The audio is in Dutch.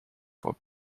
voor